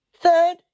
Third